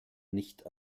nicht